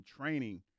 training